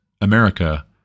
America